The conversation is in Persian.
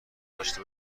داشته